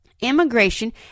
Immigration